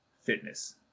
fitness